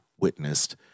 witnessed